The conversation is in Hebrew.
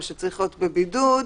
או צריך להיות בבידוד,